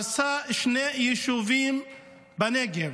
הרסה שני יישובים בנגב.